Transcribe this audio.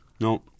No